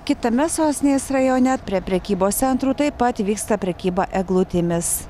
kitame sostinės rajone prie prekybos centrų taip pat vyksta prekyba eglutėmis